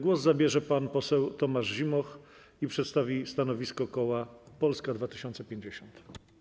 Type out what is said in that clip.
Głos zabierze pan poseł Tomasz Zimoch, który przedstawi stanowisko koła Polska 2050.